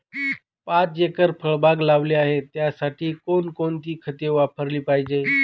पाच एकर फळबाग लावली आहे, त्यासाठी कोणकोणती खते वापरली पाहिजे?